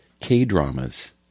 K-dramas